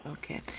Okay